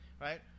Right